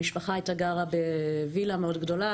המשפחה הייתה גרה בווילה מאוד גדולה